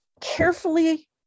carefully